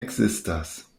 ekzistas